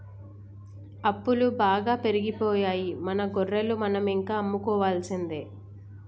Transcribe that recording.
అప్పులు బాగా పెరిగిపోయాయి మన గొర్రెలు మనం ఇంకా అమ్ముకోవాల్సిందే